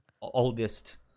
oldest